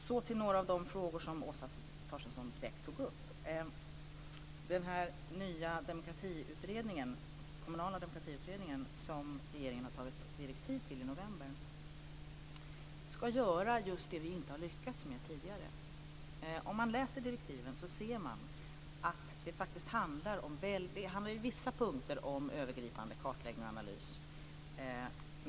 Så till några av de frågor som Åsa Torstensson direkt tog upp. Den nya utredningen om kommunal demokrati som regeringen har antagit direktiv till i november ska göra just det vi inte har lyckats med tidigare. Om man läser direktiven ser man att det i vissa punkter handlar om övergripande kartläggning och analys.